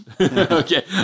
Okay